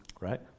Right